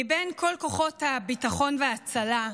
מבין כל כוחות הביטחון וההצלה,